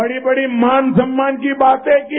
बड़ी बड़ी मान सम्मान की बातें की